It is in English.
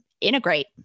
integrate